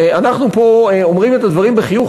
אנחנו פה אומרים את הדברים בחיוך,